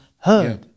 heard